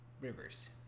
Rivers